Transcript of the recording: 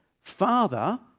Father